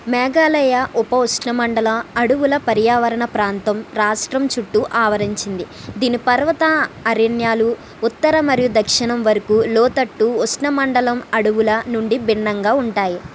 మేఘాలయ ఉప ఉష్ణమండల అడవుల పర్యావరణ ప్రాంతం రాష్ట్రం చుట్టూ ఆవరించింది దీని పర్వత అరణ్యాలు ఉత్తర మరియు దక్షిణం వరకు లోతట్టు ఉష్ణమండలం అడవుల నుండి భిన్నంగా ఉంటాయి